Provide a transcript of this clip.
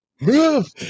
Move